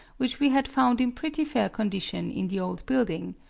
which we had found in pretty fair condition in the old building,